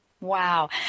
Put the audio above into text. Wow